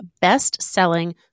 best-selling